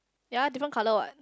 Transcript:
ya different colour what